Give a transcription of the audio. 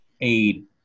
aid